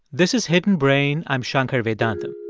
this is hidden brain. i'm shankar vedantam